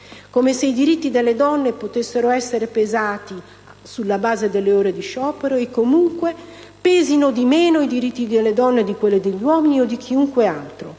Come se i diritti delle donne potessero essere pesati sulla base delle ore di sciopero e, comunque, pesino di meno i diritti delle donne di quelli degli uomini o di chiunque altro.